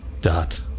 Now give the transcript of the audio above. dot